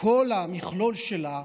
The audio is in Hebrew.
בכל המכלול שלה,